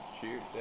Cheers